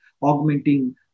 augmenting